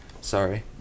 Sorry